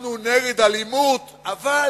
אנחנו נגד אלימות, אבל